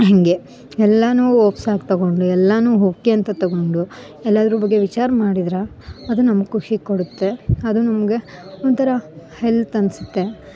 ಹೀಗೆ ಎಲ್ಲಾನು ಹೋಪ್ಸಾಗ ತಗೊಂಡೆ ಎಲ್ಲಾನು ಓಕೆ ಅಂತ ತಗೊಂಡು ಎಲ್ಲಾದ್ರ ಬಗ್ಗೆ ವಿಚಾರ ಮಾಡಿದ್ರ ಅದು ನಮ್ಮ ಖುಷಿ ಕೊಡುತ್ತೆ ಅದು ನಮಗೆ ಒಂಥರ ಹೆಲ್ತ್ ಅನ್ಸುತ್ತೆ